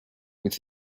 with